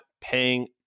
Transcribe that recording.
paying